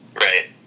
right